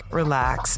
relax